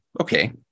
okay